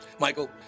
Michael